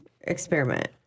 experiment